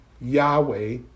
Yahweh